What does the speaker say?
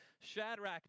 Shadrach